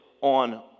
on